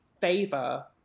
favor